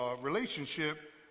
relationship